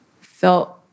felt